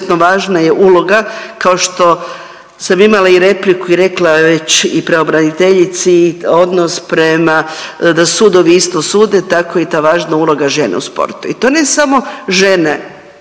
Izuzetno važna je uloga kao što sam imala i repliku i rekla već i pravobraniteljici i odnos prema da sudovi isto sude tako je i ta važna uloga žene u sportu i to ne samo žene